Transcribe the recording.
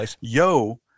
Yo